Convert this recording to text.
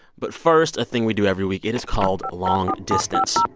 but first, a thing we do every week it is called long distance